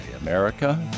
America